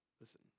Listen